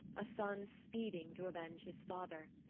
a son speeding to avenge his father.